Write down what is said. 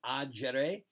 agere